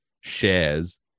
shares